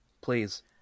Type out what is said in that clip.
please